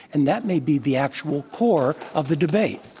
and that may be the actual core of the debate.